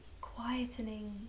quietening